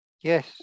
Yes